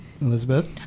Elizabeth